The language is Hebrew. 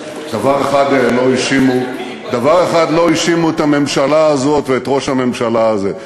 דבר אחד לא האשימו בו את הממשלה הזאת ואת ראש הממשלה הזה,